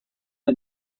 and